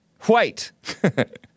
white